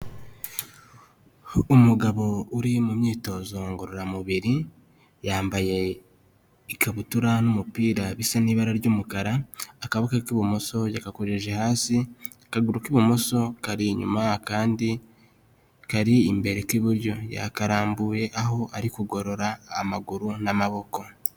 Umugabo uri mu myitozo ngororamubiri, yambaye ikabutura n'umupira bisa n'ibara ry'umukara, akaboko k'ibumoso yagakojeje hasi, akaguru k'ibumoso kari inyuma, akandi kari imbere k'iburyo. Yakarambuye, aho ari kugorora amaguru n'amaboko.